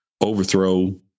overthrow